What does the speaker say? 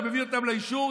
אתה מביא אותן לאישור,